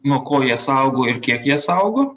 nuo ko jie saugo ir kiek jie saugo